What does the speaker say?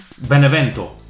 Benevento